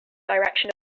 direction